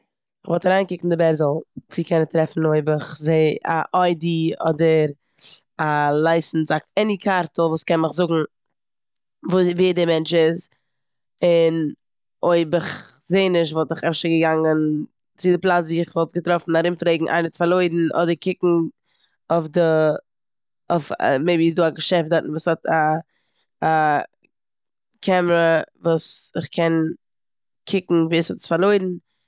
כ'וואלט אריינגעקוקט אין די בערזל צו קענען טרעפן אויב כ'זע א ID אדער א לייסענס א- עני קארטל וואס קען מיך זאגן ווער די מענטש איז. אויב כ'זע נישט וואלט איך אפשר געגאנגען צו די פלאץ ווי איך וואלט עס געטראפן ארומפרעגן איינער האט פארלוירן אדער קוקן אויף די- אויף מעיבי איז דא א געשעפט דארטן וואס האט א- א קעמערא וואס איך קען קוקן ווער ס'האט עס פארלוירן.